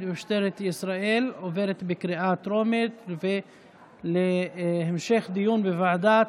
במשטרת ישראל עברה בקריאה טרומית ועוברת להמשך דיון בוועדת